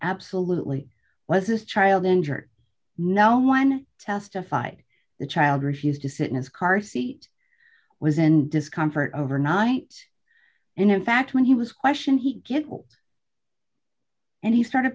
absolutely was this child injured no one testified the child refused to sit in his car seat was in discomfort over night and in fact when he was questioned he give up and he started